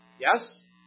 Yes